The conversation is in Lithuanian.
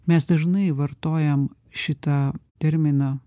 mes dažnai vartojam šitą terminą